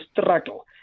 struggle